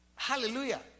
Hallelujah